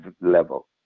level